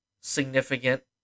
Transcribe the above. significant